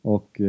Och